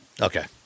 Okay